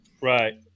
right